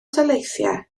daleithiau